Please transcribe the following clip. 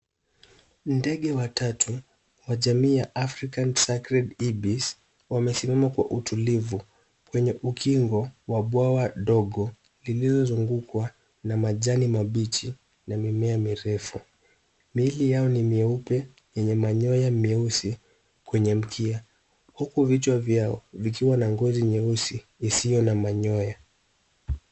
Ndege watatu wa jamii ya African Sacred Eabies , wamesimama kwa utulivu kwenye ukingo wa bwawa dogo lililozungukwa na majani mabichi na mimea mirefu. Miili yao ni meupe yenye manyoya meusi kwenye mkia huku vichwa vyao vikiwa na ngozi nyeusi isiyo na manyoya.